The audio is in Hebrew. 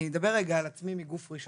אני אדבר רגע על עצמי מגוף ראשון.